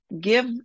give